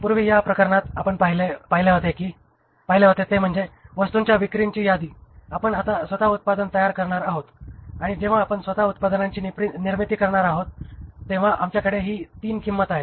पूर्वी या प्रकरणात आपण पहिले होते ते म्हणजे वस्तूंच्या विक्रीची यादी आपण आता स्वतः उत्पादन तयार करणार आहोत आणि जेव्हा आपण स्वतः उत्पादनांची निर्मिती करणार आहोत तेव्हा आमच्याकडे ही 3 किंमत आहे